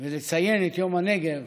ולציין את יום הנגב